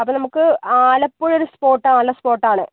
അപ്പം നമുക്ക് ആലപ്പുഴയൊരു സ്പോട്ടാ നല്ല സ്പോട്ടാണ്